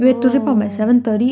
oh